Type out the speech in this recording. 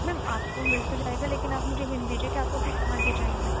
میم آپ کو مل تو جائیگا لیکن آپ مجھے ہنٹ دیجیے کہ آپ کو کس طرح کے چاہیے